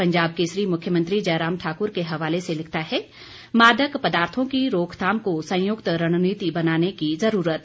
पंजाब केसरी मुख्यमंत्री जयराम ठाकुर के हवाले से लिखता है मादक पदार्थों की रोकथाम को संयुक्त रणनीति बनाने की जरूरत